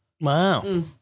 Wow